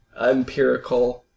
empirical